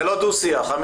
זה לא דו שיח.